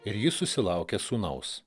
ir ji susilaukė sūnaus